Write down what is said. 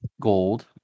gold